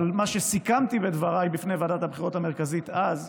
אבל על מה שסיכמתי בדבריי בפני ועדת הבחירות המרכזית אז.